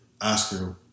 Oscar